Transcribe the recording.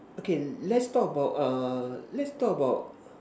okay let's talk about err let's talk about